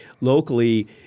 locally